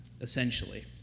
essentially